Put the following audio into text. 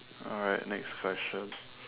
alright next question